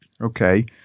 Okay